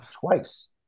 twice